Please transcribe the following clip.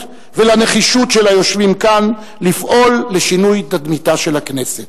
ולנחישות של היושבים כאן לפעול לשינוי תדמיתה של הכנסת.